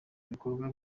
ibikorwa